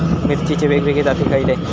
मिरचीचे वेगवेगळे जाती खयले?